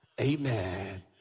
Amen